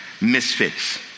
misfits